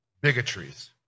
bigotries